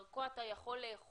הרשימות הולכות ומשתנות כל יום.